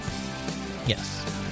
Yes